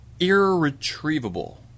irretrievable